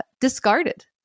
discarded